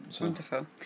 Wonderful